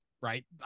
Right